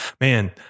man